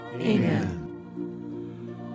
Amen